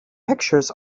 pictures